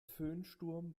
föhnsturm